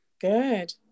Good